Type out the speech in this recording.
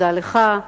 תודה לך,